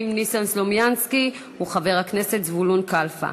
ניסן סלומינסקי הוא חבר הכנסת זבולון כלפה.